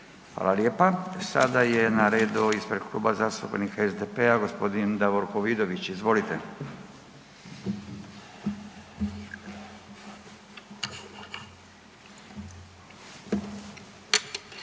Fala lijepa. Sada je na redu ispred Kluba zastupnika SDP-a g. Davorko Vidović, izvolite.